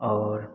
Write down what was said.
और